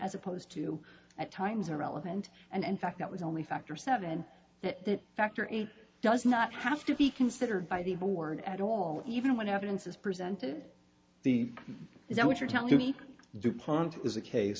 as opposed to at times are relevant and in fact it was only factor seven that factor in does not have to be considered by the board at all even when evidence is presented the is that what you're telling me dupont is a case